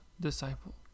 disciple